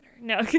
No